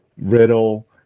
Riddle